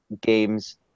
games